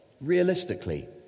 realistically